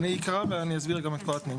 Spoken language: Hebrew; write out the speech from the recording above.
אני אקרא ואז אני אסביר גם את כל התנאים.